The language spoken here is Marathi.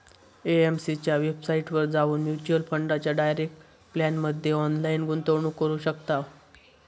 ए.एम.सी च्या वेबसाईटवर जाऊन म्युच्युअल फंडाच्या डायरेक्ट प्लॅनमध्ये ऑनलाईन गुंतवणूक करू शकताव